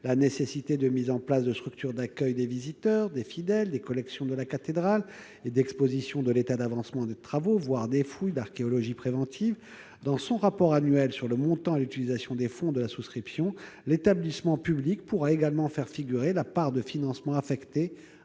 la nécessaire mise en place de structures d'accueil des visiteurs et des fidèles, la nécessaire exposition des collections de la cathédrale, de l'état d'avancement des travaux, voire des fouilles préventives. Dans son rapport annuel sur le montant et l'utilisation des fonds de la souscription, l'établissement public pourra également faire figurer la part de financement affectée